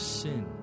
sin